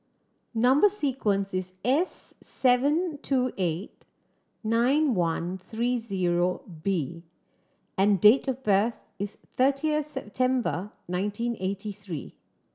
number sequence is S seven two eight nine one three zero B and date of birth is thirtieth September nineteen eighty three